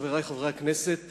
חברי חברי הכנסת,